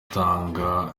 utanga